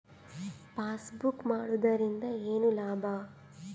Passbook ಮಾಡುದರಿಂದ ಏನು ಲಾಭ?